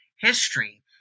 history